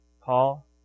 Paul